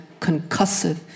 concussive